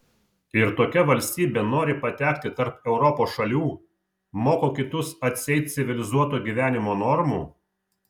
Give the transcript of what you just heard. ir tokia valstybė nori patekti tarp europos šalių moko kitus atseit civilizuoto gyvenimo normų